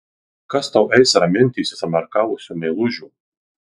kas tau eis raminti įsismarkavusių meilužių